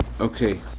okay